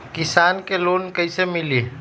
किसान के लोन कैसे मिली?